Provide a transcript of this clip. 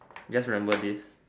just remember this